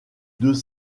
deux